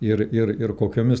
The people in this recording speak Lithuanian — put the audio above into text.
ir ir ir kokiomis